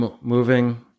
moving